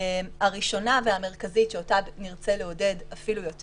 הראשונה והמרכזית שאותה נרצה לעודד אפילו יותר